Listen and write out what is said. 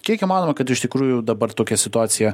kiek įmanoma kad iš tikrųjų dabar tokia situacija